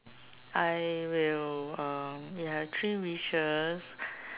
I will uh if I had three wishes